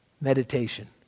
Meditation